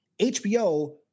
HBO